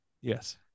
yes